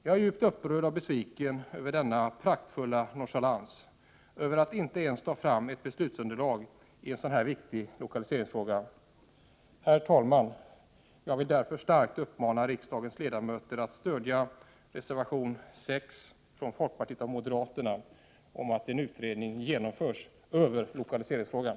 Jag är djupt upprörd och besviken över denna ”praktfulla nonchalans”, över att man inte ens velat ta fram ett beslutsunderlag i en sådan här viktig lokaliseringsfråga. Herr talman! Jag vill därför starkt uppmana riksdagens ledamöter att stödja reservation 6 från folkpartiet och moderaterna om att en utredning genomförs i lokaliseringsfrågan.